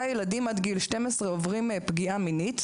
ילדים עד גיל 12 עוברים פגיעה מינית,